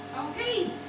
okay